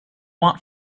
want